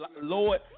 Lord